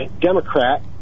Democrat